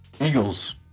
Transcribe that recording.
Eagles